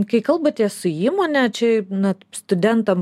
kai kalbatės su įmone čia na studentam